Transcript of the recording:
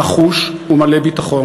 הוא נחוש, הוא מלא ביטחון,